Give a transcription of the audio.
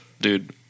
dude